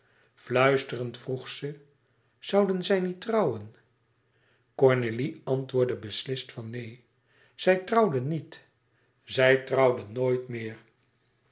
fluisterend vroeg ze zouden zij niet trouwen cornélie antwoordde beslist van neen zij trouwde niet zij trouwde nooit meer